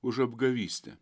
už apgavystę